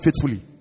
faithfully